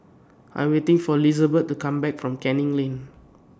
I Am waiting For Lizabeth to Come Back from Canning Lane